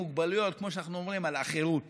מוגבלויות כמו שאנחנו אומרים על האחרות